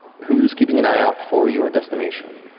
who's keeping an eye out for your destination?